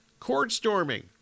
Courtstorming